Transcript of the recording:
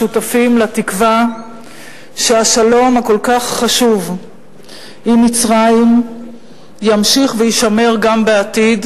שותפים לתקווה שהשלום הכל-כך חשוב עם מצרים ימשיך ויישמר גם בעתיד,